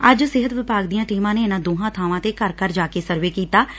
ਐਂਜ ਸਿਹਤ ਵਿਭਾਗ ਦੀਆਂ ਟੀਮਾਂ ਨੇ ਇਨੂਾਂ ਦੋਹਾਂ ਬਾਵਾਂ ਤੇ ਘਰ ਘਰ ਜਾ ਕੇ ਸਰਵੇ ਕੀਤਾਂ